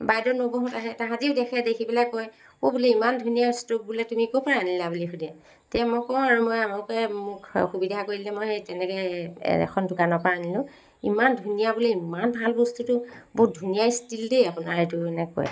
বাইদেউ নবৌহঁত আহে তাহাঁতিও দেখে দেখি পেলাই কয় অঁ বোলে ইমান ধুনীয়া ষ্ট'ভ বোলে তুমি ক'ৰপৰা আনিলা বুলি সোধে তেতিয়া মই কওঁ আৰু মই আমুকে মোক সুবিধা কৰি দিলে মই সেই তেনেকৈ এখন দোকানৰ পৰা আনিলোঁ ইমান ধুনীয়া বোলে ইমান ভাল বস্তুটো বহুত ধুনীয়া ষ্টিল দেই আপোনাৰ এইটো এনেকৈ কয়